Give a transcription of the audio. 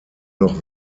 noch